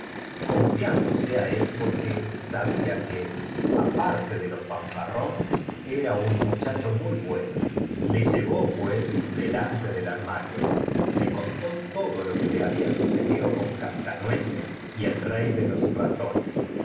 confiándose á él porque sabía que aparte lo fanfarrón era un muchacho muy bueno le llevó pues delante del armario le contó todo lo que le había sucedido con cascanueces y el rey de los ratones